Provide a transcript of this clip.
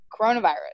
coronavirus